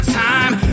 time